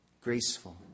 graceful